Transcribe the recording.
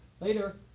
later